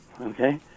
Okay